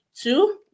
Two